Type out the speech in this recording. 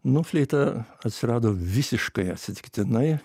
nu fleita atsirado visiškai atsitiktinai